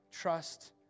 trust